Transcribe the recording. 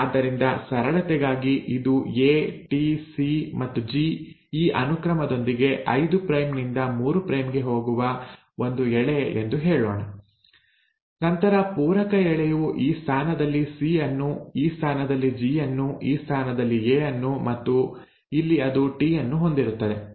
ಆದ್ದರಿಂದ ಸರಳತೆಗಾಗಿ ಇದು ಎ ಟಿ ಸಿ ಮತ್ತು ಜಿ ಈ ಅನುಕ್ರಮದೊಂದಿಗೆ 5 ಪ್ರೈಮ್ ನಿಂದ 3 ಪ್ರೈಮ್ ಗೆ ಹೋಗುವ ಒಂದು ಎಳೆ ಎಂದು ಹೇಳೋಣ ನಂತರ ಪೂರಕ ಎಳೆಯು ಈ ಸ್ಥಾನದಲ್ಲಿ ಸಿ ಅನ್ನು ಈ ಸ್ಥಾನದಲ್ಲಿ ಜಿ ಅನ್ನು ಈ ಸ್ಥಾನದಲ್ಲಿ ಎ ಅನ್ನು ಮತ್ತು ಇಲ್ಲಿ ಅದು ಟಿ ಅನ್ನು ಹೊಂದಿರುತ್ತದೆ